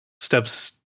steps